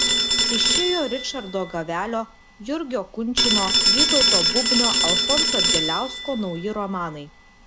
išėjo ričardo gavelio jurgio kunčino vytauto bubnio alfonso bieliausko nauji romanai